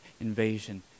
invasion